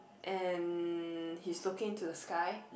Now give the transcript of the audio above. and he's looking into the sky